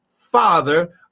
father